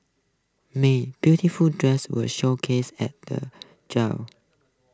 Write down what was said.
may beautiful dresses were showcased at the